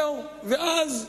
ומה עם